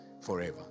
forever